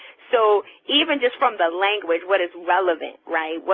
so even just from the language, what is relevant, right?